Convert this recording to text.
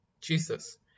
Jesus